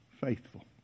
faithful